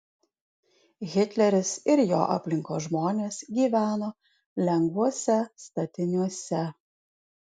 hitleris ir jo aplinkos žmonės gyveno lengvuose statiniuose